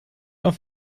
auf